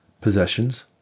possessions